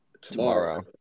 tomorrow